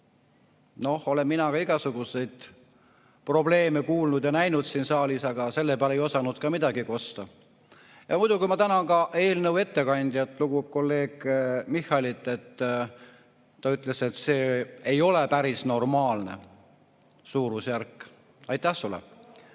eurot. Olen mina ka igasuguseid probleeme kuulnud ja näinud siin saalis, aga selle peale ei osanud midagi kosta. Muidugi ma tänan ka eelnõu ettekandjat, kolleeg Michalit, et ta ütles, et see ei ole päris normaalne suurusjärk – aitäh sulle!